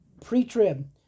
pre-trib